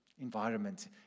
environment